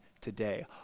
today